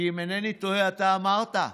כי אם אינני טועה, אתה אמרת: